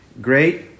great